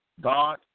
God